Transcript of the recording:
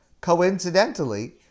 coincidentally